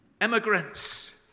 immigrants